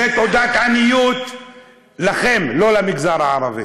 זאת תעודת עניות לכם, לא למגזר הערבי.